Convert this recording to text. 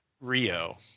rio